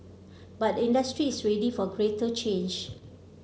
but industry is ready for greater change